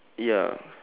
ya